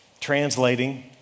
Translating